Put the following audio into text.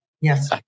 Yes